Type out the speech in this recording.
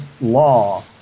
law